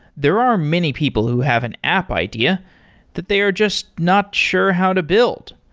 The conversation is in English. there are many people who have an app idea that they are just not sure how to build.